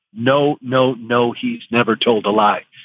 no, no, no. he's never told a lie.